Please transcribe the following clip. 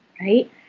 right